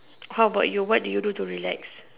how about you what do you do to relax